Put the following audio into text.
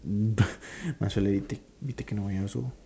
must well let you take be taken away also